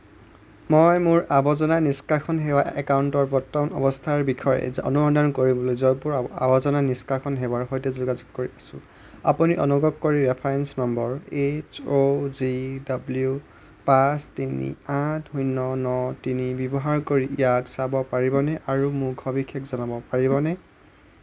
মই মোৰ আৱৰ্জনা নিষ্কাশন সেৱা একাউণ্টৰ বৰ্তমান অৱস্থাৰ বিষয়ে অনুসন্ধান কৰিবলৈ জয়পুৰ আৱৰ্জনা নিষ্কাশন সেৱাৰ সৈতে যোগাযোগ কৰি আছো আপুনি অনুগ্ৰহ কৰি reference number H O G W পাঁচ তিনি আঠ শূন্য ন তিনি ব্যৱহাৰ কৰি ইয়াক চাব পাৰিবনে আৰু মোক সবিশেষ জনাব পাৰিবনে